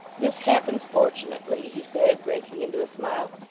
this happens fortunately he said, breaking into a smile,